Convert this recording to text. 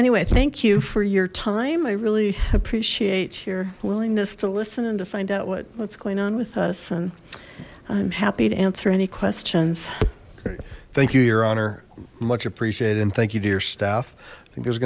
anyway thank you for your time i really appreciate your willingness to listen and to find out what what's going on with us and i'm happy to answer any questions okay thank you your honor much appreciated and thank you to your staff i think there's